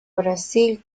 brasil